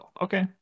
okay